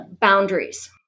Boundaries